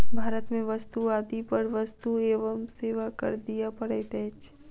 भारत में वस्तु आदि पर वस्तु एवं सेवा कर दिअ पड़ैत अछि